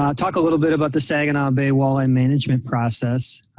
um talk a little bit about the saginaw bay walleye management process.